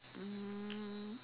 um